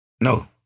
No